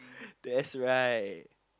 that's right